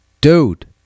Dude